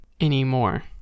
anymore